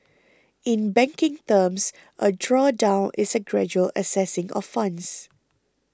in banking terms a drawdown is a gradual accessing of funds